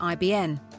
IBN